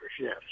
Yes